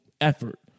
effort